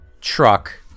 truck